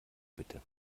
bitte